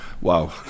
Wow